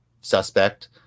suspect